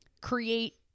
create